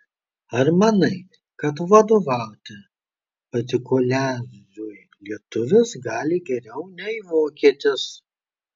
ar manai kad vadovauti partikuliarui lietuvis gali geriau nei vokietis